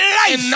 life